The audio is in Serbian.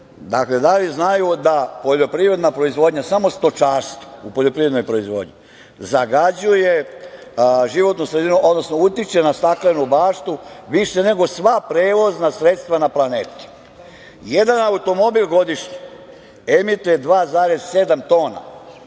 baš ništa ne znaju, da poljoprivredna proizvodnja, samo stočarstvo u poljoprivrednoj proizvodnji zagađuje životnu sredinu, odnosno utiče na staklenu baštu više nego sva prevozna sredstva na planeti? Jedan automobil godišnje emituje 2,7 tona